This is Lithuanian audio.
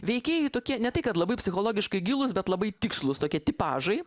veikėjai tokie ne tai kad labai psichologiškai gilūs bet labai tikslūs tokie tipažai